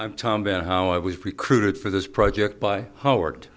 i'm tom baer how i was recruited for this project by howard